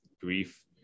Grief